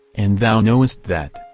and thou knowest that.